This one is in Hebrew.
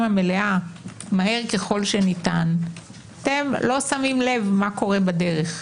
המלאה מהר ככל שניתן אתם לא שמים לב מה קורה בדרך.